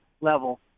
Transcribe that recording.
level